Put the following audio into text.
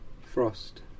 Frost